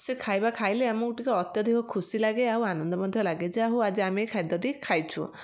ସେ ଖାଇବା ଖାଇଲେ ଆମକୁ ଟିକେ ଅତ୍ୟଧିକ ଖୁସି ଲାଗେ ଆଉ ଆନନ୍ଦ ମଧ୍ୟ ଲାଗେ ଯାହାହେଉ ଆଜି ଆମେ ଏଇ ଖାଦ୍ୟଟି ଖାଇଛୁ